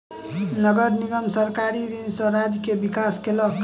नगर निगम सरकारी ऋण सॅ राज्य के विकास केलक